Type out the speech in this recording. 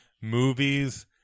movies